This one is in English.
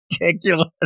ridiculous